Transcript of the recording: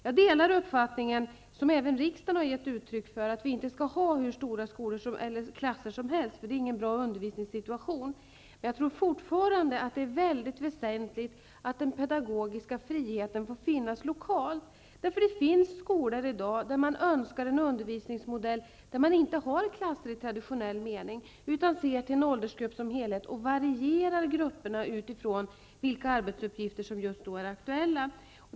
Jag delar uppfattningen, som även riksdagen har gett uttryck för, att vi inte skall ha hur stora klasser som helst. Stora klasser ger inte någon bra undervisningssituation. Fortfarande tror jag att det är väsentligt att den lokala pedagogiska friheten får finnas. Det finns nämligen i dag skolor där man önskar en undervisningsmodell som inte innebär klasser i traditionell mening. Man ser i stället till en åldergrupp som helhet och varierar grupperna utifrån vilka arbetsuppgifter som för tillfället är aktuella.